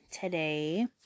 today